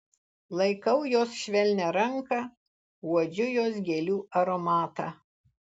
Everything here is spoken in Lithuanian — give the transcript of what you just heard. laikau jos švelnią ranką uodžiu jos gėlių aromatą